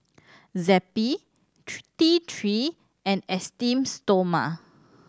Zappy T Three and Esteem Stoma